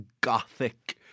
gothic